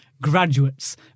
graduates